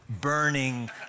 burning